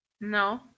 No